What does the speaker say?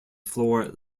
floor